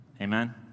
Amen